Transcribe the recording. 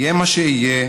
"יהיה מה שיהיה,